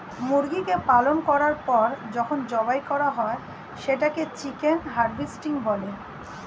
মুরগিকে পালন করার পর যখন জবাই করা হয় সেটাকে চিকেন হারভেস্টিং বলে